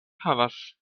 havas